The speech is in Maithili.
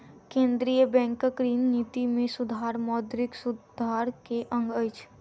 केंद्रीय बैंकक ऋण निति में सुधार मौद्रिक सुधार के अंग अछि